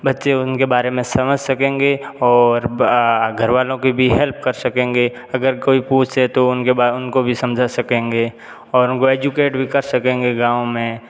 बच्चे उनके बारे में समझ सकेंगे और घर वालों की भी हेल्प कर सकेंगे अगर कोई पूछे तो उनके बा उनको भी समझा सकेंगे और उनको एजुकेट भी कर सकेंगे गाँव में